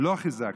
"לא חִזקתם"